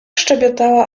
szczebiotała